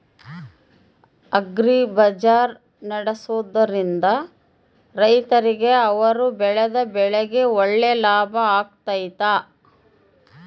Agri bazaar ನಡೆಸ್ದೊರಿಂದ ರೈತರಿಗೆ ಅವರು ಬೆಳೆದ ಬೆಳೆಗೆ ಒಳ್ಳೆ ಲಾಭ ಆಗ್ತೈತಾ?